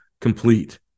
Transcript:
complete